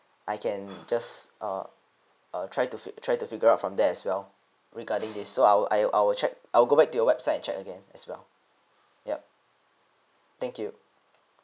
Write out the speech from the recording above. I can just err uh try to fi~ try to figure out from there as well regarding this so I'll I I will check I'll go back to your website and check again as well yup thank you